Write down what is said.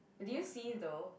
did you see though